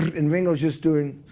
and ringo's just doing,